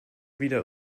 wieder